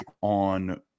on